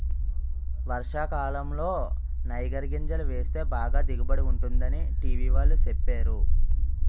వర్షాకాలంలో నైగర్ గింజలు వేస్తే బాగా దిగుబడి ఉంటుందని టీ.వి వాళ్ళు సెప్పేరు